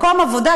מקום עבודה,